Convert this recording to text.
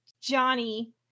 Johnny